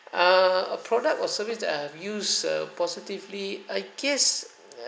err a product or service that I have used err positively I guess err